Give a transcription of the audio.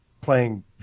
playing